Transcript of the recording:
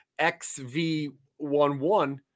XV11